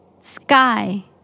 Sky